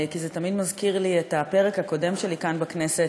כי זה תמיד מזכיר לי את הפרק הקודם שלי כאן בכנסת,